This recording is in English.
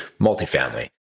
multifamily